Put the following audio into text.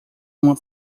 uma